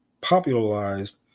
popularized